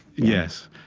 yes,